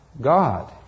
God